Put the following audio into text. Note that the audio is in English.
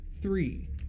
three